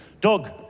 Doug